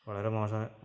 വളരെ മോശം